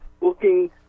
looking